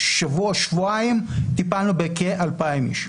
שבוע-שבועיים טיפלנו בכ-2,000 איש.